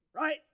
right